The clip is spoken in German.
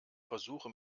versuche